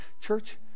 Church